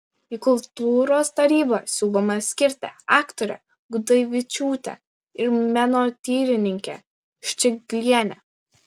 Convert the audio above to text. į kultūros tarybą siūloma skirti aktorę gudavičiūtę ir menotyrininkę ščiglienę